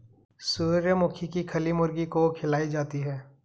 सूर्यमुखी की खली मुर्गी को खिलाई जाती है